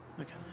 Okay